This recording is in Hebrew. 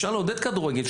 אפשר לעודד כדורגל,